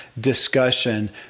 discussion